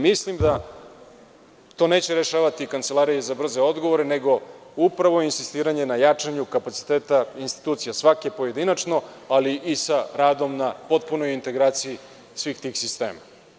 Mislim da to neće rešavati Kancelarija za brze odgovore, nego upravo insistiranje na jačanju kapaciteta institucija, svake pojedinačno, ali i sa radom na potpunoj integraciji svih tih sistema.